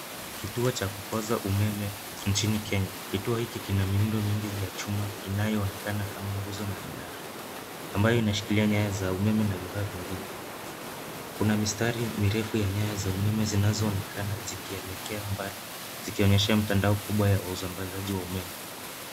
Kituo cha kupoza umeme nchini Kenya. Kituo hiki kina miundo mingi ya chuma inayoonekana kama nguzo na minara ambayo inashikilia nyaya za umeme na vifaa vingine . Kuna mistari mirefu ya nyaya za umeme zinazoonekana zikielekea mbali zikionyesha mtandao kubwa ya usambazaji wa umeme.